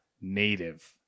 native